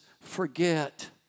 forget